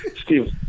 Steve